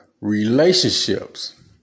relationships